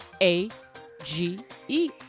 A-G-E